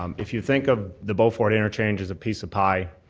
um if you think of the beaufort interchange as a piece of pie,